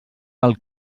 del